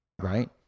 right